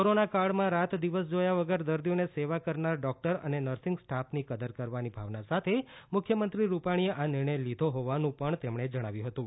corona કાળમાં રાતદિવસ જોયાવગર દર્દીઓ ને સેવા કરનાર ડોક્ટર અને નર્સિંગ સ્ટાફની કદર કરવાની ભાવના સાથે મુખ્યમંત્રી રૂપાણી એ આ નિર્ણય લીધો હોવાનું પણ તેમણે જણાવ્યુ હતું